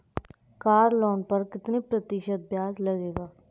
Car loan पर कितने प्रतिशत ब्याज लगेगा?